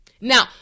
now